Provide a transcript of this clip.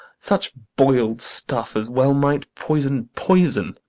such boil'd stuff as well might poison poison!